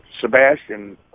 Sebastian